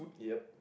yup